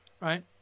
right